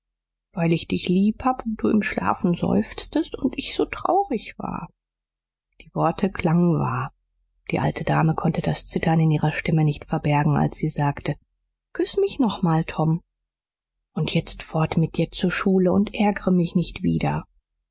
weil ich dich lieb hab und du im schlafen seufztest und ich so traurig war die worte klangen wahr die alte dame konnte das zittern in ihrer stimme nicht verbergen als sie sagte küß mich noch mal tom und jetzt fort mit dir zur schule und ärgere mich nicht wieder